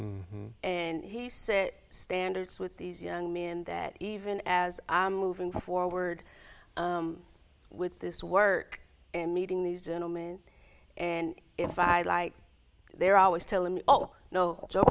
bars and he set standards with these young men that even as i'm moving forward with this work and meeting these gentlemen and if i like they're always telling me oh no